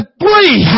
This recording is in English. three